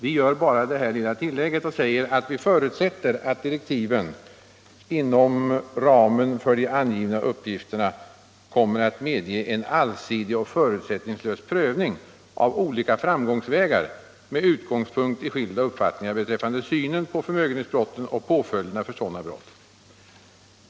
Vi tillägger bara att vi ”förutsätter att direktiven — inom ramen för de angivna uppgifterna — kommer att medge en allsidig och förutsättningslös prövning av olika framgångsvägar med utgångspunkt i skilda uppfattningar beträffande synen på förmögenhetsbrotten och påföljderna för sådana brott”.